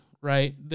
right